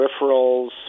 peripherals